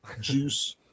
juice